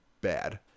bad